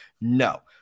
No